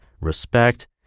respect